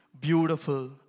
beautiful